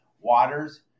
waters